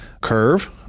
curve